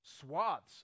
swaths